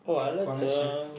connection